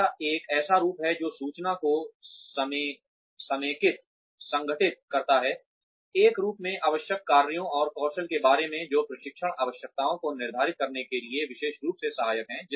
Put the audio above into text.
यह एक ऐसा रूप है जो सूचना को समेकितसंघटित करता है एक रूप में आवश्यक कार्यों और कौशल के बारे में जो प्रशिक्षण आवश्यकताओं को निर्धारित करने के लिए विशेष रूप से सहायक है